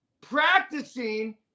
practicing